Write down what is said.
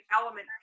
element